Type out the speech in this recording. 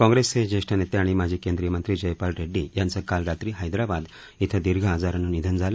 काँग्रेसचे ज्येष्ठ नेते आणि माजी केंदीय मंत्री जयपाल रेड्डी यांचं काल रात्री हैदराबाद इथं दीर्घ आजारानं निधन झालं